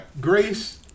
Grace